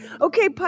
Okay